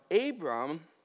Abram